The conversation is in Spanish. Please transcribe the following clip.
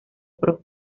pro